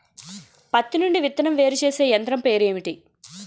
పత్తి నుండి విత్తనం వేరుచేసే యంత్రం పేరు ఏంటి